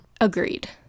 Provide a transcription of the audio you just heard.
Agreed